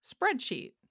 spreadsheet